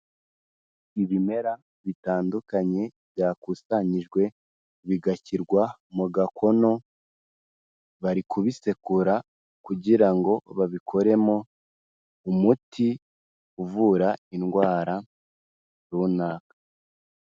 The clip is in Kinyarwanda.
Ibimera bitandukanye byakusanyijwe bigashyirwa mu gakono, barikubisekura kugira ngo babikoremo umuti uvura indwara runaka.